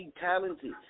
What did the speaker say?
talented